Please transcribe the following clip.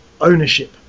ownership